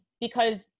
because-